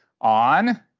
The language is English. on